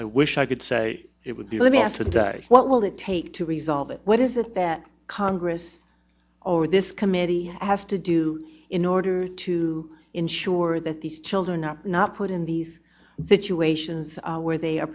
i wish i could say it would be let me ask the day what will it take to resolve it what is it that congress or this committee has to do in order to ensure that these children are not put in these situations where